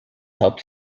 helped